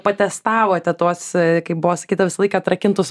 patestavote tuos kaip buvo sakyta visą laiką atrakintus